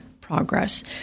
progress